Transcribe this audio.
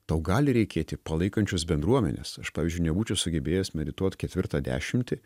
tau gali reikėti palaikančios bendruomenės aš pavyzdžiui nebūčiau sugebėjęs medituot ketvirtą dešimtį